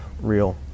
real